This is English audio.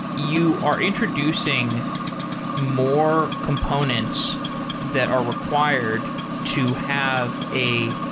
you are introducing more components that are required to have a